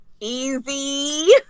Easy